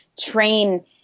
train